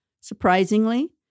Surprisingly